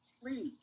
please